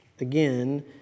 again